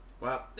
Wow